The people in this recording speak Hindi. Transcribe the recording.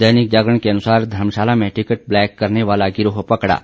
दैनिक जागरण के अनुसार धर्मशाला में टिकट ब्लैक करने वाला गिरोह पकड़ा